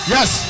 Yes